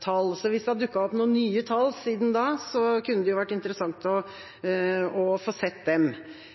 tall. Så hvis det har dukket opp noen nye tall siden da, kunne det vært interessant å få se dem.